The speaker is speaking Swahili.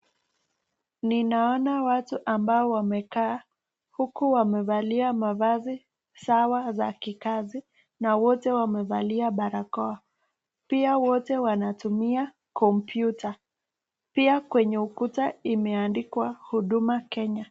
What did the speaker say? Ninaona watu ambao wamekaa, huku wamevalia mavazi sawa za kiakazi, na wote wamevalia barakoa, pia wote wanatumia kompyuta, pia kwenye ukuta imeadikwa huduma Kenya.